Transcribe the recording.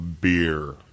beer